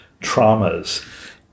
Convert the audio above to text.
traumas